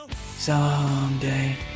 Someday